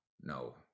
No